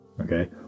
Okay